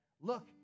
look